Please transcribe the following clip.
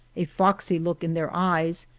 a foxy look in their eyes,